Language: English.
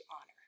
honor